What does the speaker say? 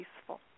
peaceful